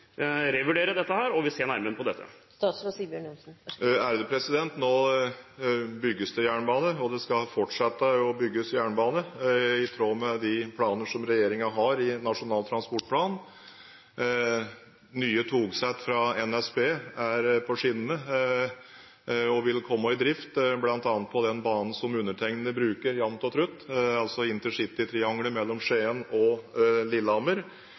revurdere dette og se nærmere på det. Nå bygges det jernbane, og det skal fortsatt bygges jernbane, i tråd med de planer som regjeringen har i Nasjonal transportplan. Nye togsett fra NSB er på skinnene og vil komme i drift, bl.a. på den banen som undertegnede bruker jevnt og trutt, altså intercitytriangelet mellom Skien og Lillehammer.